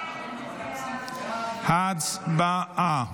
הצבעה.